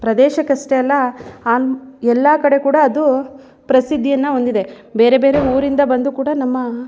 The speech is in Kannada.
ಪ್ರದೇಶಕ್ಕಷ್ಟೇ ಅಲ್ಲ ಆಲ್ ಎಲ್ಲ ಕಡೆ ಕೂಡ ಅದು ಪ್ರಸಿದ್ದಿಯನ್ನು ಹೊಂದಿದೆ ಬೇರೆ ಬೇರೆ ಊರಿಂದ ಬಂದು ಕೂಡ ನಮ್ಮ